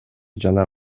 жана